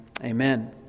Amen